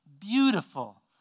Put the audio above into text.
beautiful